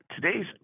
Today's